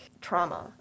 trauma